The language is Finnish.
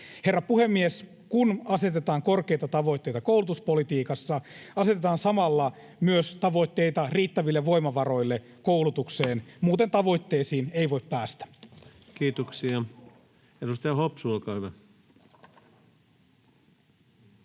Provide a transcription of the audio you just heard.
Herra puhemies! Kun asetetaan korkeita tavoitteita koulutuspolitiikassa, asetetaan samalla myös tavoitteita riittäville voimavaroille koulutukseen. Muuten tavoitteisiin ei voi päästä. [Speech 87] Speaker: